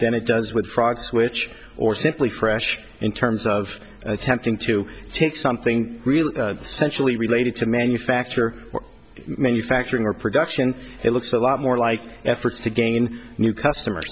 than it does with frogs which or simply fresh in terms of attempting to take something really specially related to manufacture or manufacturing or production it looks a lot more like efforts to gain new customers